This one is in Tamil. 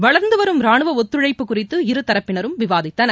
வளர்ந்துவரும் ராணுவஒத்துழைப்பு குறித்து இருதரப்பினரும் விவாதித்தனர்